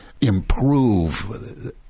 improve